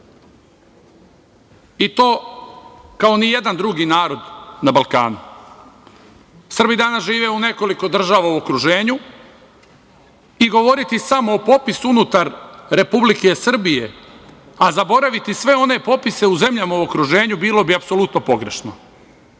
i to kao nijedan drugi narod na Balkanu. Srbi danas žive u nekoliko država u okruženju. Govoriti samo o popisu unutar Republike Srbije, a zaboraviti sve one popise u zemljama u okruženju bilo bi apsolutno pogrešno,